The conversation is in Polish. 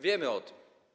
Wiemy o tym.